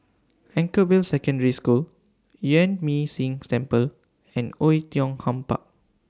Anchorvale Secondary School Yuan Ming Si Temple and Oei Tiong Ham Park